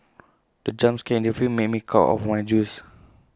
the jump scare in the film made me cough out my juice